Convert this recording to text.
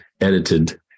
edited